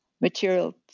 material